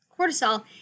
Cortisol